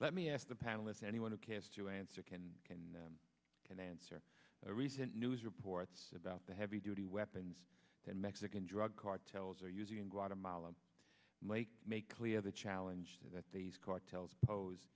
let me ask the panelists anyone who cares to answer can can can answer a recent news reports about the heavy duty weapons that mexican drug cartels are using in guatemala lake make clear the challenge that these cartels pose